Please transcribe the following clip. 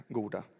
goda